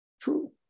True